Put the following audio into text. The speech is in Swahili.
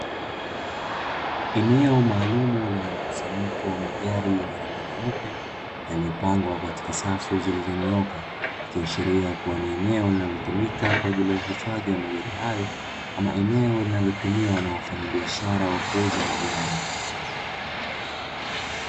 Eneo maalumu lenye mkusanyiko wa magari yenye rangi nyeupe yaliyopangwa katika safu zilizonyooka, ikiashiria kuwa ni eneo linalotumika kwa ajili ya uhifadhi wa magari hayo au eneo linalotumiwa na wafanyabiashara wa kuuza magari.